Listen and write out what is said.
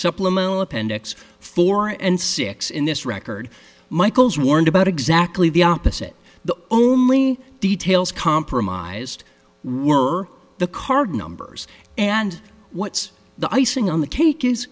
supplemental appendix four and six in this record michaels warned about exactly the opposite the only details compromised were the card numbers and what's the icing on the cake is